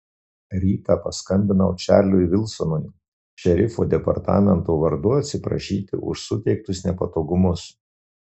rytą paskambinau čarliui vilsonui šerifo departamento vardu atsiprašyti už suteiktus nepatogumus